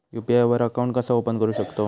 UPI वर account कसा open करू शकतव?